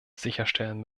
sicherstellen